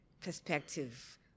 perspective